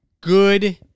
Good